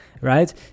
right